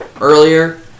earlier